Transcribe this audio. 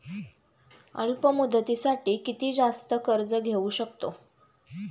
अल्प मुदतीसाठी किती जास्त कर्ज घेऊ शकतो?